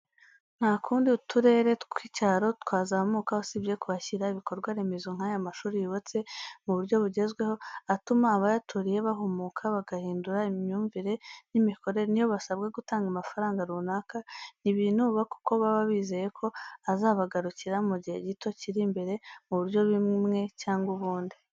Nta kundi uturere tw'icyaro twazamuka usibye kuhashyira ibikorwa remezo nk'aya mashuri yubatse mu buryo bugezweho, atuma abayaturiye bahumuka bagahindura imyumvire n'imikorere n'iyo basabwa gutanga amafaranga runaka, ntibinuba kuko baba bizeye ko azabagarukira mu gihe gito kiri imbere, mu buryo bimwe cyangwa ubundi.